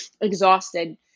exhausted